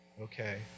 okay